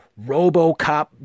RoboCop